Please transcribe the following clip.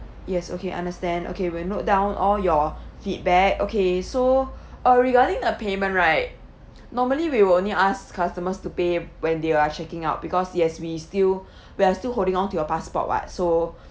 yes okay understand okay we'll note down all your feedback okay so uh regarding the payment right normally we will only ask customers to pay when they are checking out because yes we still we are still holding on to your passport [what] so